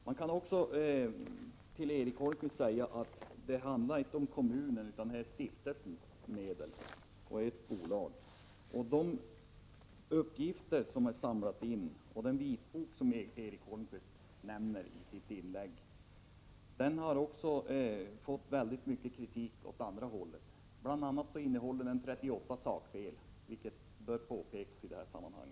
Till Erik Holmkvist vill jag säga att det inte handlar om kommunen, utan det är fråga om stiftelsens och ett bolags medel. Den vitbok som Erik Holmkvist nämnde i sitt inlägg har fått en kraftig kritik också åt det andra hållet. Bl. a. innehåller den 38 sakfel, vilket bör påpekas i detta sammanhang.